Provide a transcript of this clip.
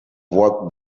what